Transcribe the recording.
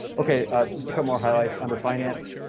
ok just to come more highlights under finance.